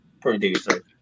producer